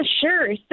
sure